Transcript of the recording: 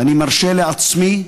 ואני מרשה לעצמי,